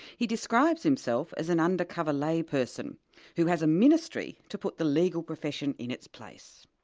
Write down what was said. he describes himself as an undercover lay person who has a ministry to put the legal profession in its place.